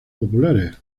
populares